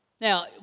Now